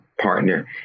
partner